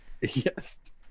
Yes